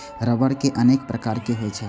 रबड़ के अनेक प्रकार होइ छै